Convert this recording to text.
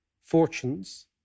fortunes